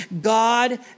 God